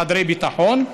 חדרי ביטחון,